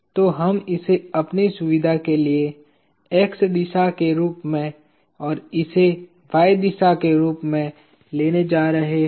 तो हम इसे अपनी सुविधा के लिए x दिशा के रूप में और इसे y दिशा के रूप में लेने जा रहे हैं